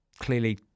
clearly